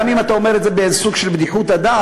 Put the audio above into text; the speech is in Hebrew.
גם אם אתה אומר את זה באיזה סוג של בדיחות הדעת,